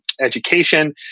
education